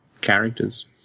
characters